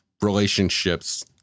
relationships